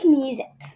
music